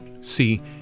See